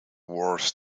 worth